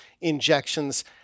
injections